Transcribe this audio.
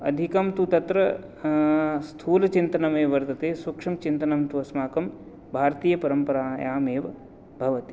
अधिकं तु तत्र स्थूलचिन्तनम् एव वर्तते सूक्ष्मचिन्तनं तु अस्माकं भारतीयपरम्परायामेव भवति